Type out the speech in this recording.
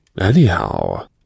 Anyhow